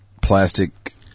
plastic